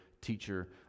teacher